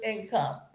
income